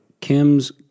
Kim's